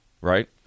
right